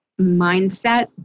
mindset